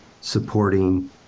supporting